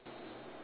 ya